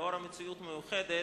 לאור המציאות המיוחדת,